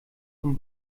von